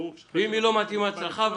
ברור שההסעה חייבת להיות מתאימה לצרכיו.